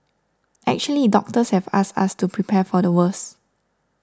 actually doctors have asked us to prepare for the worst